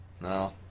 No